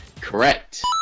Correct